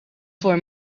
for